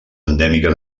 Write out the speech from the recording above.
endèmica